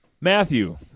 Matthew